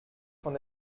von